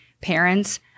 parents